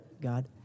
God